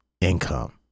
income